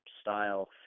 style